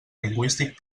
lingüístic